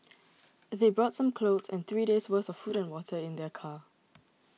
they brought some clothes and three days' worth of food and water in their car